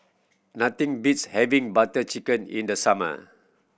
nothing beats having Butter Chicken in the summer